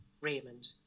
Raymond